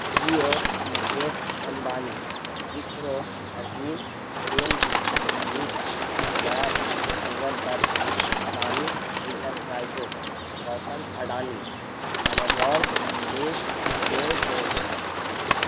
Jio Mukesh Ambani Wipro Azim Premji Meta Mark Zuckerberg Adani Enterprises Gautam Adani Amazon Jeff Bezos